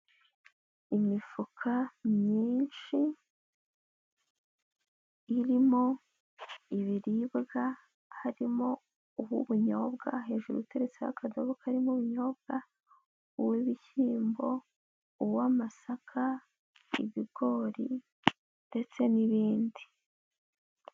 Imifuka myinshi irimo ibiribwa, harimo uw'ubunyobwa hejuru uteretseho akadobo karimo ibinyobwa, uw'ibishyimbo, uw'amasaka, ibigori ndetse n'ibindi.